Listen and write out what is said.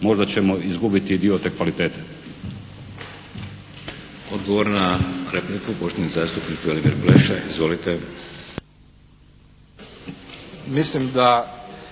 možda ćemo izgubiti dio te kvalitete.